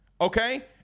okay